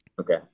Okay